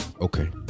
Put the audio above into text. Okay